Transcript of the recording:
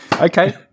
okay